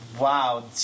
wow